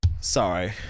Sorry